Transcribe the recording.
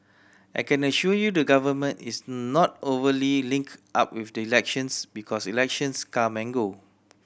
I can assure you the Government is not overly linked up with the elections because elections come and go